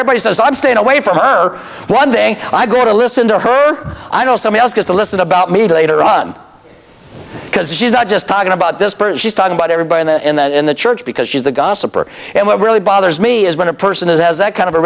everybody says i'm staying away from her one day i grew to listen to her i know someone else has to listen about me to later on because she's not just talking about this person she's talking about everybody in the in that in the church because she's the gossiper and what really bothers me is when a person who has that kind of a